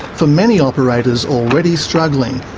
for many operators already struggling,